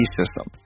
system